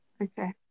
okay